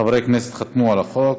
הרבה חברי כנסת חתמו על החוק.